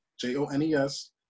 j-o-n-e-s